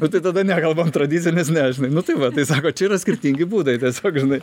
nu tai tada nekalbam tradicinis ne žinai nu tai va tai sako čia yra skirtingi būdai tiesiog žinai